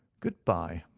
good-bye,